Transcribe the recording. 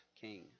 king